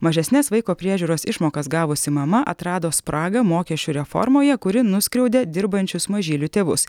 mažesnes vaiko priežiūros išmokas gavusi mama atrado spragą mokesčių reformoje kuri nuskriaudė dirbančius mažylių tėvus